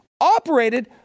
Operated